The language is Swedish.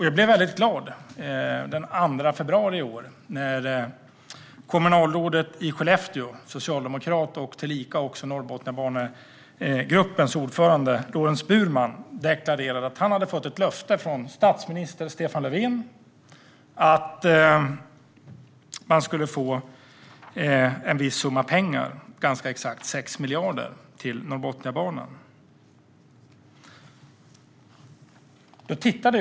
Jag blev glad den 2 februari i år när kommunalrådet i Skellefteå, socialdemokrat och tillika Norrbotniabanegruppens ordförande, Lorents Burman deklarerade att han hade fått ett löfte från statsminister Stefan Löfven om att man skulle få en viss summa pengar - ganska exakt 6 miljarder - till Norrbotniabanan. Herr talman!